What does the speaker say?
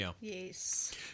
Yes